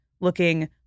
looking